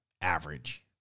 average